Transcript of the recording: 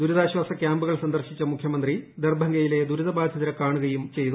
ദുരിതാശ്വാസ കൃാമ്പുകൾ സന്ദർശിച്ച മുഖ്യമന്ത്രി ദർബംഗയിലെ ദുരിതബാധിതരെ കാണുകയും ചെയ്തു